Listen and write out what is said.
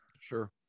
sure